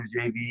JV